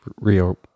real